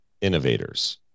innovators